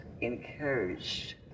encouraged